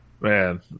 man